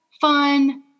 fun